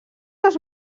els